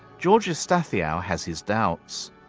george efstathiou has his doubts.